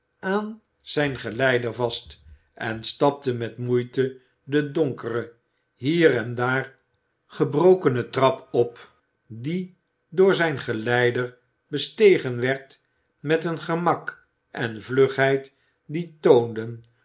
aan zijn geleider vast en stapte met moeite de donkere hier en daar gebrokene trap op die door zijn geleider bestegen werd met een gemak en vlugheid die toonden